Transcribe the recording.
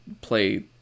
play